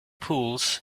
pools